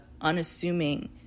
unassuming